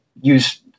use